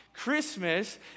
Christmas